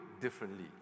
differently